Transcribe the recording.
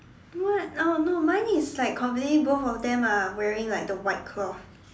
what oh no no mine is like completely both of them are wearing like the white cloth